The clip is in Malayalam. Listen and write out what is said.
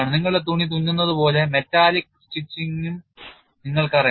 നിങ്ങളുടെ തുണി തുന്നുന്നതുപോലെ മെറ്റാലിക് സ്റ്റിച്ചിംഗും നിങ്ങൾക്കറിയാം